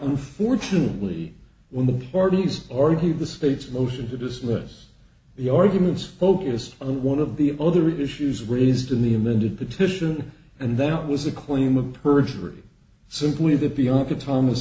unfortunately when the parties argue the state's motion to dismiss the arguments focused on one of the other issues raised in the amended petition and that was a claim of perjury simply that bianca thomas